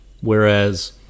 Whereas